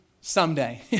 someday